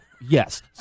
Yes